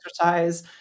exercise